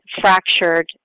fractured